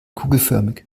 kugelförmig